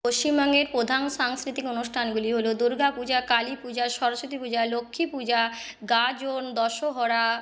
পশ্চিমবঙ্গের প্রধান সাংস্কৃতিক অনুষ্ঠানগুলি হল দুর্গা পূজা কালী পূজা সরস্বতী পূজা লক্ষ্মী পূজা গাজন দশহরা